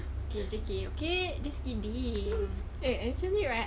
K K K just kidding